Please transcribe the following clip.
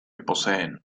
poseen